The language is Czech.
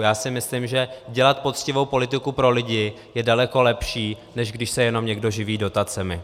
Já si myslím, že dělat poctivou politiku pro lidi je daleko lepší, než když se jenom někdo živí dotacemi.